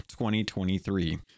2023